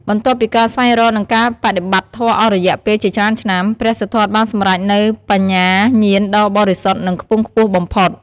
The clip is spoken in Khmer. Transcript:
បន្ទាប់ពីការស្វែងរក និងការបដិបត្តិធម៌អស់រយៈពេលជាច្រើនឆ្នាំ ព្រះសិទ្ធត្ថបានសម្រេចនូវបញ្ញាញាណដ៏បរិសុទ្ធ និងខ្ពង់ខ្ពស់បំផុត។